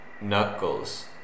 Knuckles